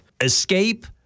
escape